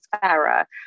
fairer